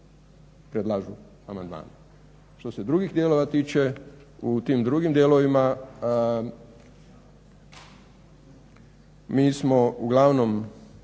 predlažu amandmani. Što se drugih dijelova tiče, u tim drugim dijelovima mi smo uglavnom